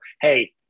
hey